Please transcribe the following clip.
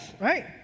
right